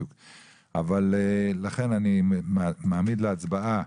אני מעמיד להצבעת